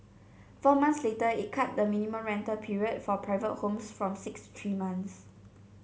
four months later it cut the minimum rental period for private homes from six three months